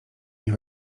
nie